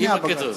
עם הקריטריונים.